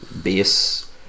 Base